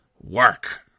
work